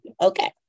okay